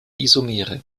isomere